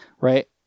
right